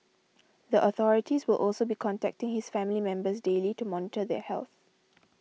the authorities will also be contacting his family members daily to monitor their health